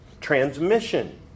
transmission